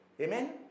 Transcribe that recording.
Amen